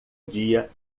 dia